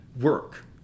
work